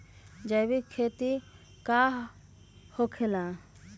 जैविक खेती का होखे ला?